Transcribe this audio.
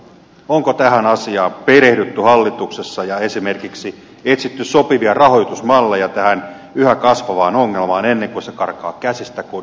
onko hallituksessa perehdytty tähän asiaan ja esimerkiksi etsitty sopivia rahoitusmalleja tähän yhä kasvavaan ongelmaan ennen kuin se karkaa käsistä kuin hauki rannasta